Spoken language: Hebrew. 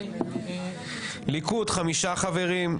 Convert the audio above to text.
ליכוד חמישה חברים,